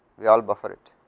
we all buffer it